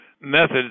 methods